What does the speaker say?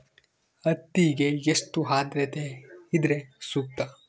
ಹತ್ತಿಗೆ ಎಷ್ಟು ಆದ್ರತೆ ಇದ್ರೆ ಸೂಕ್ತ?